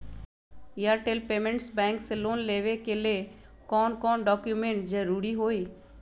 Airtel payments bank से loan लेवे के ले कौन कौन डॉक्यूमेंट जरुरी होइ?